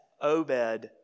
Obed